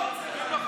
חבר הכנסת קריב.